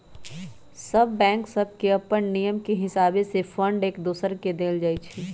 सभ बैंक सभके अप्पन नियम के हिसावे से फंड एक दोसर के देल जाइ छइ